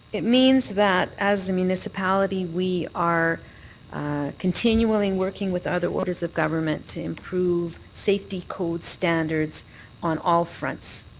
it means that as the municipality we are continuing working with other orders of government to improve safety code standards on all fronts.